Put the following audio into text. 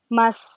mas